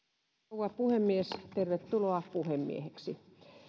rouva puhemies tervetuloa puhemieheksi